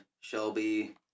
Shelby